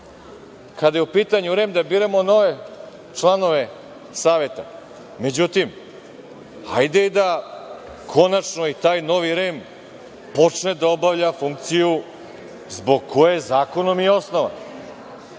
kada je u pitanju REM da biramo nove članove Saveta. Međutim, hajde i da konačno i taj novi REM počne da obavlja funkciju zbog koje je zakonom i osnovan.